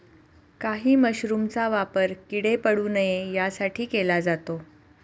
काही मशरूमचा वापर किडे पडू नये यासाठी केला जातो